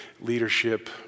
leadership